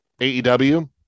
AEW